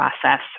process